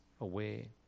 away